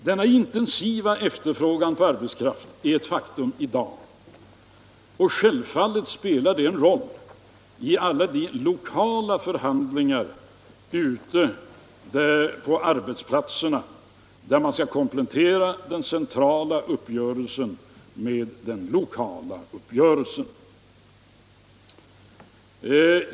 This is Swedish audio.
Denna intensiva efterfrågan på arbetskraft är ett faktum i dag, och självfallet spelar det en roll i alla de lokala förhandlingar ute på arbetsplatserna där man skall komplettera den centrala uppgörelsen med den lokala uppgörelsen.